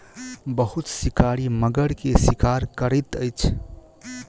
बहुत शिकारी मगर के शिकार करैत अछि